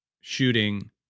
shooting